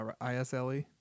isle